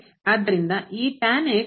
ಆದ್ದರಿಂದ ಈ ಮಾಡುತ್ತದೆ